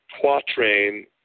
quatrain